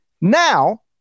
Now